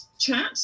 chat